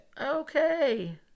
Okay